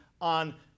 on